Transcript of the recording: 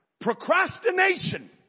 Procrastination